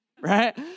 Right